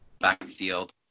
backfield